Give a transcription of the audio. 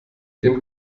dem